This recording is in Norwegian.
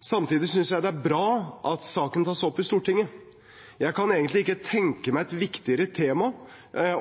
Samtidig synes jeg det er bra at saken tas opp i Stortinget. Jeg kan egentlig ikke tenke meg et viktigere tema